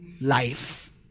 life